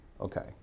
Okay